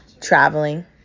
traveling